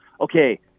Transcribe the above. okay